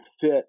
fit